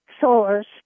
source